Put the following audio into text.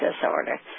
disorder